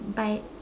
by